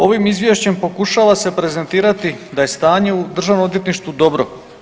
Ovim izvješćem pokušava se prezentirati da je stanje u državnom odvjetništvu dobro.